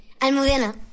Almudena